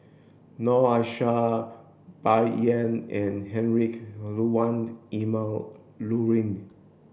Noor Aishah Bai Yan and Heinrich Ludwig Emil Luering